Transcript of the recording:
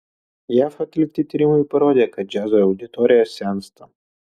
jav atlikti tyrimai parodė kad džiazo auditorija sensta